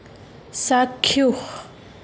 চাক্ষুষ